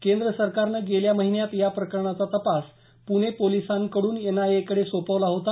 केंद्र सरकारनं गेल्या महिन्यात या प्रकरणाचा तपास पुणे पोलिसांकडून एनआयएकडे सोपवला होता